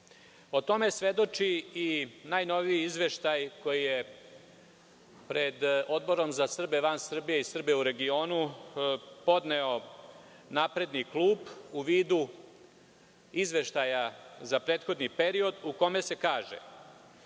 O tome svedoči i najnoviji izveštaj koji je pred Odborom za Srbe van Srbije i Srbe u regionu podneo Napredni klub, u vidu izveštaja za prethodni period, u kome se kaže: